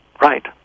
Right